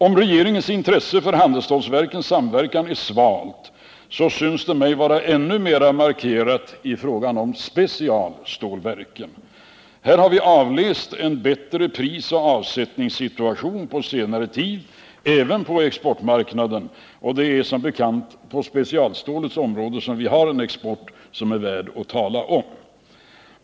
Om regeringens intresse för handelsstålverkens samverkan är svalt, så synes det mig vara ännu mera markerat i fråga om specialstålverken. Här har vi avläst en bättre prisoch avsättningssituation på senare tid, även på exportmarknaden, och det är som bekant på specialstålets område som vi har en export som är värd att tala om.